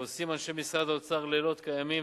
עושים אנשי משרד האוצר לילות כימים,